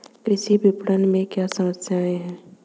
कृषि विपणन में क्या समस्याएँ हैं?